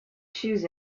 shoes